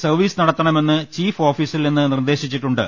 service നടത്തണമെന്ന് chief ഓഫീസിൽനിന്ന് നിർദ്ദേശിച്ചിട്ടുണ്ട്